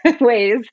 ways